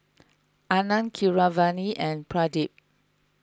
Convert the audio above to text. Anand Keeravani and Pradip